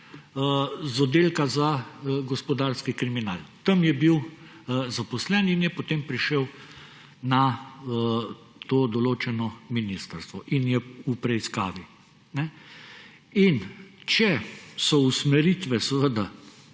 z oddelka za gospodarski kriminal. Tam je bil zaposlen in je potem prišel na to določeno ministrstvo in je v preiskavi. In če so usmeritve